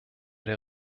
der